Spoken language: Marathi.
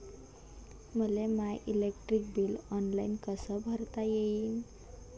मले माय इलेक्ट्रिक बिल ऑनलाईन कस भरता येईन?